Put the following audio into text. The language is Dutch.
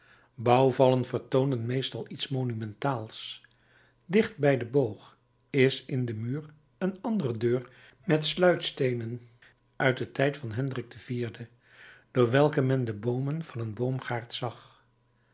bouwvallen vertoonen meestal iets monumentaals dicht bij den boog is in den muur een andere deur met sluitsteenen uit den tijd van hendrik iv door welke men de boomen van een boomgaard zag